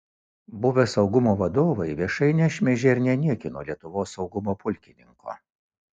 buvę saugumo vadovai viešai nešmeižė ir neniekino lietuvos saugumo pulkininko